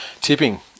tipping